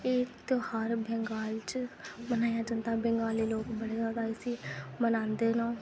एह् त्योहार बंगाल च मनाया जंदा बंगालै दे लोग बड़े जादा इसी मनांदे न